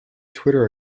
twitter